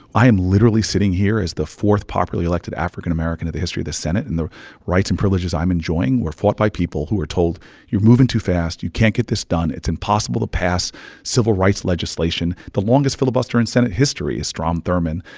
i am literally sitting here as the fourth popularly elected african-american in the history of the senate, and the rights and privileges i'm enjoying were fought by people who were told you're moving too fast, you can't get this done, it's impossible to pass civil rights legislation. the longest filibuster in senate history is strom thurmond,